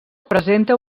presenta